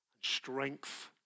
strength